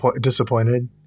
disappointed